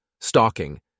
stalking